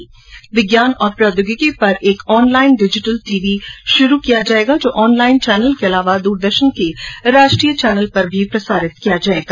उन्होंने बताया कि विज्ञान और प्रोघोगिकी पर एक ऑनलाईन डिजिटल टीवी शुरू किया जायेगा जो ऑनलाईन चैनल के अलावा दूरदर्शन के राष्ट्रीय चैनल पर भी प्रसारित किया जायेगा